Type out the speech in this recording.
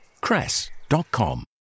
cress.com